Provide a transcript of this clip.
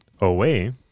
away